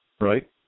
Right